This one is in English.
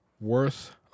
worth